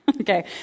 Okay